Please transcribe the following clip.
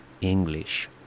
English